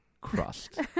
crust